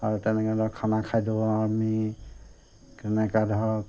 আৰু তেনেকৈ ধৰক খানা খাদ্য় আমি কেনেকৈ ধৰক